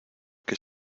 que